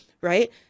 right